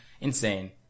Insane